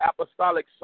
Apostolic